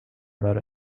about